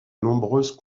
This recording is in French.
nombres